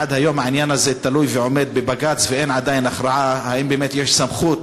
עד היום העניין הזה תלוי ועומד בבג"ץ ואין עדיין הכרעה האם באמת יש סמכות